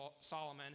Solomon